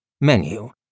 Menu